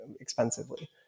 expensively